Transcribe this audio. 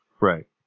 Right